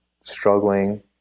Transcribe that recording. struggling